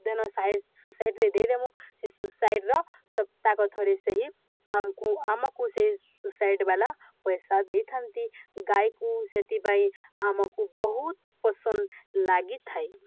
ଦେନ ସୋସାଇଟିରେ ଦେଇଦମୁ ସେ ସୋସାଇଟିର ସପ୍ତାକ ଥରେ ସେହି ଆମକୁ ଆମକୁ ସେ ସୋସାଇଟିବାଲା ପଇସା ଦେଇଥାନ୍ତି ଗାଈକୁ ସେଥିପାଇଁ ଆମକୁ ବହୁତ ପସନ୍ଦ ଲାଗିଥାଏ